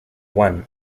one